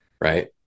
right